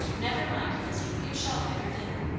never mind, lizzie, you shall have your dinner.